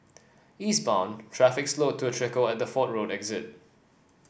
eastbound traffic slowed to a trickle at the Fort Road exit